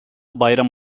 bayram